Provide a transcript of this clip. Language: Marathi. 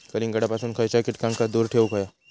कलिंगडापासून खयच्या कीटकांका दूर ठेवूक व्हया?